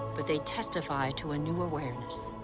but they testify to a new awareness.